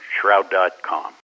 shroud.com